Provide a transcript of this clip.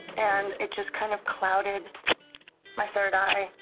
and it just kind of clouded my third eye.